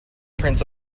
prince